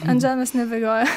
ant žemės nebėgioja